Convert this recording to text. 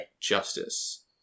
justice